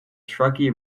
truckee